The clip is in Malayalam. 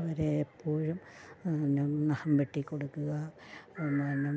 അവരെയെപ്പോഴും നഖം വെട്ടികൊടുക്കുക പിന്നെ